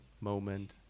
moment